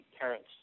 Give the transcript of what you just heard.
parents